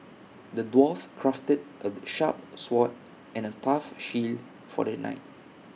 the dwarf crafted A sharp sword and A tough shield for the knight